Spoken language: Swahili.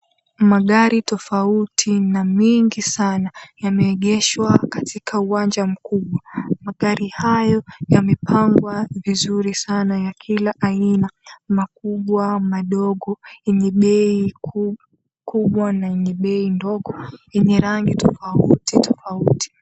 Magari tofauti na mingi sana yameegeshwa katika uwanja mkubwa. Magari hayo yamepangwa vizuri sana ya kila aina; makubwa, madogo, yenye bei kubwa na yenye bei ndogo, yenye rangi tofauti tofauti.